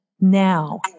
now